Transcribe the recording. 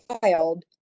filed